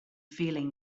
feeling